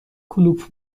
کلوپ